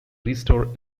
restore